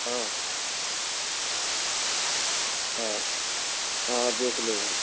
हाँ हाँ देख लेंगे